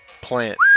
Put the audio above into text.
Plant